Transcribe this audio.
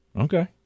okay